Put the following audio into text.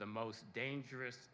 the most dangerous